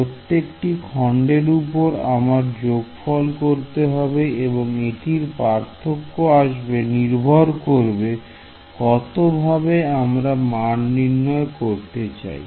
প্রত্যেকটি খন্ডের উপর আমার যোগফল করতে হবে এবং এটির পার্থক্য আসবে নির্ভর করবে কত ভাবে আমরা মান নির্ণয় করতে চাই